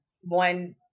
one